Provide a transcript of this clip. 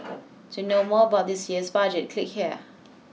to know more about this year's budget click here